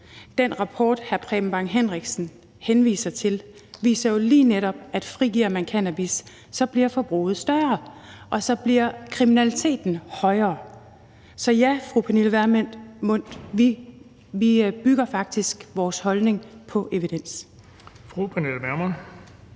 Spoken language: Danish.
Den rapport, hr. Preben Bang Henriksen henviser til, viser jo lige netop, at frigiver man cannabis, bliver forbruget større, og så bliver kriminaliteten større. Så ja, fru Pernille Vermund, vi bygger faktisk vores holdning på evidens. Kl. 16:37 Den